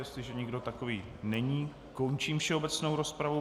Jestliže nikdo takový není, končím všeobecnou rozpravu.